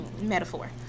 metaphor